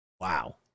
Wow